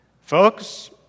folks